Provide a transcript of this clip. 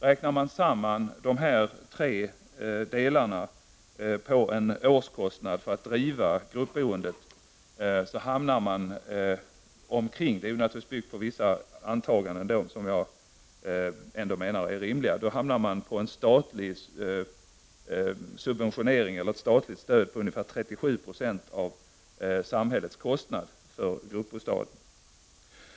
Räknar man samman dessa tre delar till en årskostnad för att driva gruppboendet hamnar man på ett statligt stöd på ungefär 37 Jo av samhällets kostnader för gruppbostäder. Detta är naturligtvis byggt på vissa antaganden, som jag ändå menar är rimliga.